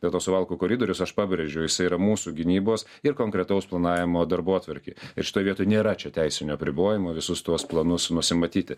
dėl to suvalkų koridorius aš pabrėžiu jisai yra mūsų gynybos ir konkretaus planavimo darbotvarkėj ir šitoj vietoj nėra čia teisinių apribojimų visus tuos planus nusimatyti